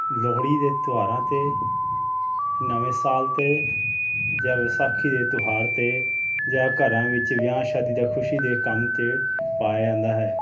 ਲੋਹੜੀ ਦੇ ਤਿਉਹਾਰਾਂ 'ਤੇ ਨਵੇਂ ਸਾਲ 'ਤੇ ਜਾਂ ਵਿਸਾਖੀ ਦੇ ਤਿਉਹਾਰ 'ਤੇ ਜਾਂ ਘਰਾਂ ਵਿੱਚ ਵਿਆਹ ਸ਼ਾਦੀ ਜਾਂ ਖੁਸ਼ੀ ਦੇ ਕੰਮ 'ਤੇ ਪਾਇਆ ਜਾਂਦਾ ਹੈ